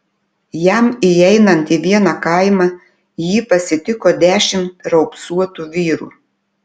jam įeinant į vieną kaimą jį pasitiko dešimt raupsuotų vyrų